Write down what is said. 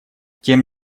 тем